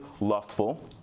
lustful